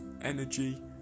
energy